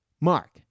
Mark